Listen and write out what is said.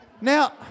Now